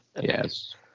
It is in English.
Yes